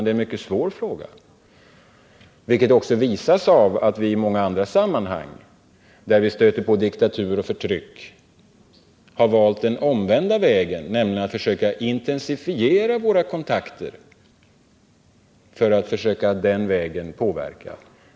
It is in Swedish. Det är en mycket svår fråga, vilket också visas av att vi i många andra sammanhang där vi stöter på diktatur och förtryck har valt den omvända vägen, nämligen att försöka intensifiera kontakterna för att på det sättet kunna påverka.